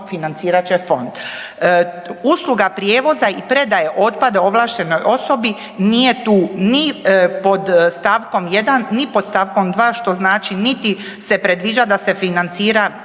financirat će fond. Usluga prijevoza i predaje otpada ovlaštenoj osobi nije tu ni pod stavkom jedan, ni pod stavkom dva, što znači niti se predviđa da se financira iz